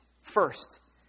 First